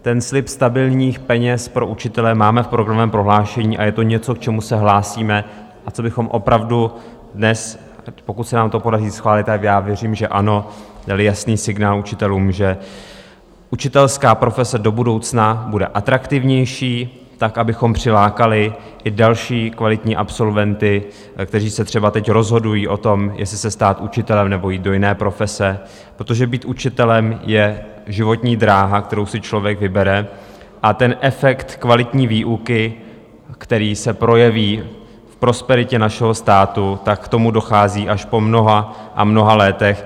Ten slib stabilních peněz pro učitele máme v programovém prohlášení a je to něco, k čemu se hlásíme a čím bychom opravdu dnes, pokud se nám to podaří schválit, a já věřím, že ano, dali jasný signál učitelům, že učitelská profese do budoucna bude atraktivnější tak, abychom přilákali i další kvalitní absolventy, kteří se třeba teď rozhodují o tom, jestli se stát učitelem, nebo jít do jiné profese, protože být učitelem je životní dráha, kterou si člověk vybere, a ten efekt kvalitní výuky, který se projeví v prosperitě našeho státu, tak k tomu dochází až po mnoha a mnoha letech.